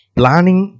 planning